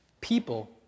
people